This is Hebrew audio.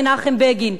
מנחם בגין,